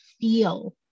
feel